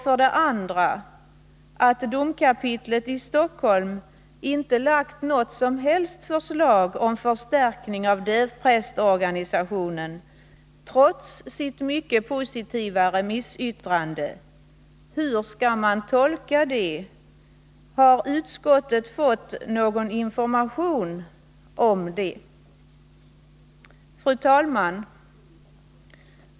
För det andra: Hur skall man tolka det faktum, att domkapitlet i Stockholm inte framlagt något som helst förslag om förstärkning av dövprästorganisationen, trots sitt mycket positiva remissyttrande? Har utskottet fått någon information om det? Fru talman!